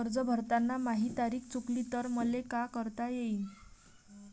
कर्ज भरताना माही तारीख चुकली तर मले का करता येईन?